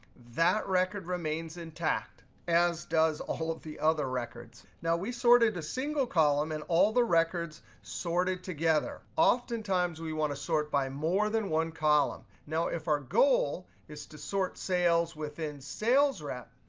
that record remains intact, as does all of the other records. now we sorted a single column, and all the records sorted together. oftentimes, we want to sort by more than one column. now, if our goal is to sort sales within sales rep,